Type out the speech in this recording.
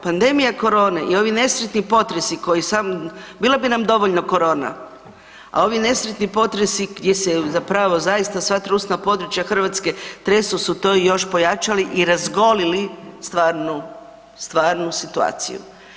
Pandemija korone i ovi nesretni potresi koji sam, bila bi nam dovoljno korona, a ovi nesretni potresi gdje se zapravo zaista sva trusna područja Hrvatske tresu su to još pojačali i razgolili stvarnu situaciju.